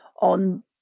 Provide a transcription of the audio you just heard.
on